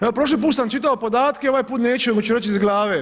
Evo prošli put sam čitao podatke ovaj put neću nego ću reći iz glave.